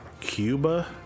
Cuba